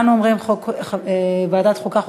לנו אומרים ועדת החוקה,